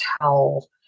tell